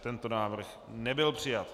Tento návrh nebyl přijat.